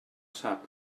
sap